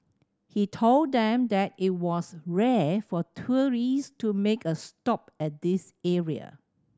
he told them that it was rare for tourists to make a stop at this area